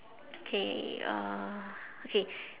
okay uh okay